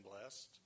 blessed